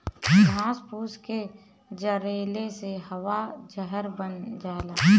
घास फूस के जरइले से हवा जहर बन जाला